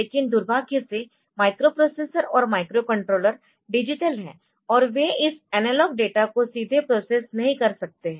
लेकिन दुर्भाग्य से माइक्रोप्रोसेसर और माइक्रोकंट्रोलर डिजिटल है और वे इस एनालॉग डेटा को सीधे प्रोसेस नहीं कर सकते है